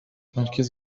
merkez